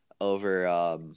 over